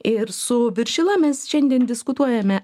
ir su viršila mes šiandien diskutuojame